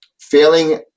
failing